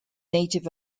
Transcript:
native